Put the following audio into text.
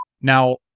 now